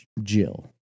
Jill